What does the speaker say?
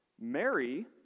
Mary